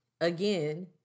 again